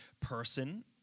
person